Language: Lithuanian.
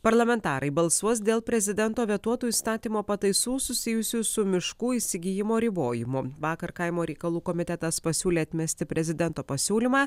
parlamentarai balsuos dėl prezidento vetuotų įstatymo pataisų susijusių su miškų įsigijimo ribojimu vakar kaimo reikalų komitetas pasiūlė atmesti prezidento pasiūlymą